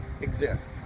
exists